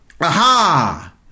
aha